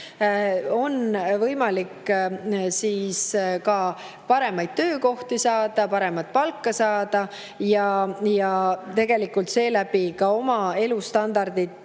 on võimalik paremaid töökohti saada, paremat palka saada ja seeläbi ka oma elustandardit